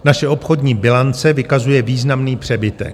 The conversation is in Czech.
Naše obchodní bilance vykazuje významný přebytek.